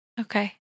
Okay